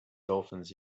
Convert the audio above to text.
dolphins